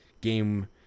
game